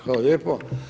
Hvala lijepo.